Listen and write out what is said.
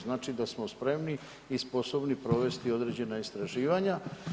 Znači da smo spremni i sposobni sprovesti određena istraživanja.